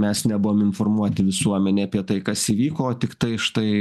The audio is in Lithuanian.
mes nebuvom informuoti visuomenė apie tai kas įvyko tiktai štai